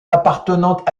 appartenant